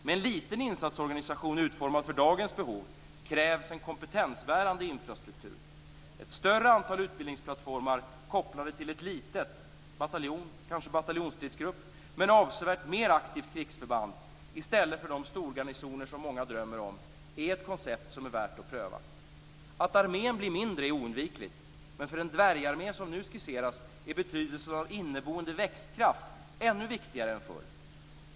För en liten insatsorganisation utformad efter dagens behov krävs en kompetensbärande infrastruktur. Ett större antal utbildningsplattformar kopplade till ett litet men avsevärt mer aktivt krigsförband - kanske en bataljon/bataljonsstridsgrupp - i stället för de storgarnisoner som många drömmer om är ett koncept som är värt att pröva. Att armén blir mindre är oundvikligt. Men för den dvärgarmé som nu skisseras är betydelsen av inneboende växtkraft ännu viktigare än förr.